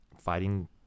fighting